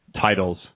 titles